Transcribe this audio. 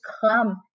come